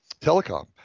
telecom